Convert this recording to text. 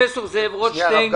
שנייה,